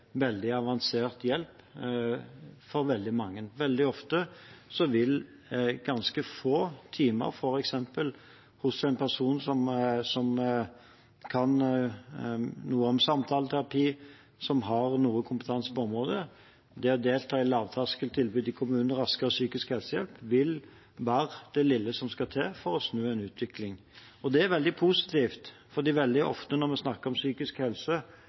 veldig mye og veldig avansert hjelp. Veldig ofte vil ganske få timer f.eks. hos en person som kan noe om samtaleterapi, som har noe kompetanse på området – det å delta i lavterskeltilbud i kommunen, raskere psykisk helsehjelp – være det lille som skal til for å snu en utvikling. Det er veldig positivt, for veldig ofte når vi snakker om psykisk helse,